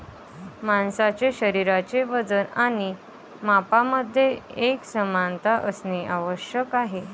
माणसाचे शरीराचे वजन आणि मापांमध्ये एकसमानता असणे आवश्यक आहे